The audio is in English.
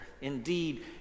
indeed